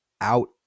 out